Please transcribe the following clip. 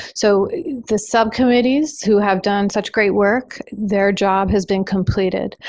so the subcommittees who have done such great work, their job has been completed.